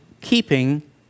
keeping